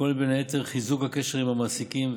הכוללות בין היתר חיזוק הקשר עם המעסיקים,